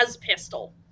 pistol